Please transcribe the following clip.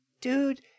Dude